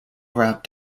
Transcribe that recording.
wrapped